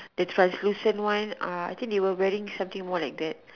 the translucent one uh I think there were wearing something more like that